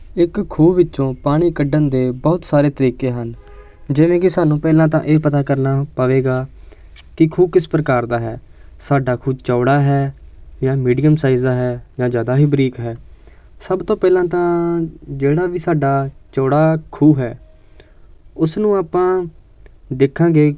ਇੱਕ ਖੂਹ ਵਿੱਚੋਂ ਪਾਣੀ ਕੱਢਣ ਦੇ ਬਹੁਤ ਸਾਰੇ ਤਰੀਕੇ ਹਨ ਜਿਵੇਂ ਕਿ ਸਾਨੂੰ ਪਹਿਲਾਂ ਤਾਂ ਇਹ ਪਤਾ ਕਰਨਾ ਪਵੇਗਾ ਕਿ ਖੂਹ ਕਿਸ ਪ੍ਰਕਾਰ ਦਾ ਹੈ ਸਾਡਾ ਖੂਹ ਚੌੜਾ ਹੈ ਜਾਂ ਮੀਡੀਅਮ ਸਾਈਜ਼ ਦਾ ਹੈ ਜਾਂ ਜ਼ਿਆਦਾ ਹੀ ਬਰੀਕ ਹੈ ਸਭ ਤੋਂ ਪਹਿਲਾਂ ਤਾਂ ਜਿਹੜਾ ਵੀ ਸਾਡਾ ਚੌੜਾ ਖੂਹ ਹੈ ਉਸ ਨੂੰ ਆਪਾਂ ਦੇਖਾਂਗੇ